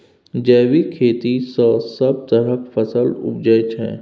जैबिक खेती सँ सब तरहक फसल उपजै छै